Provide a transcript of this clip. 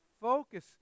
focus